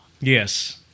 Yes